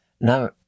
Now